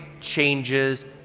changes